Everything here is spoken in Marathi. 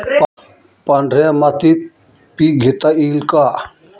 पांढऱ्या मातीत पीक घेता येईल का?